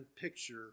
picture